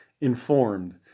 informed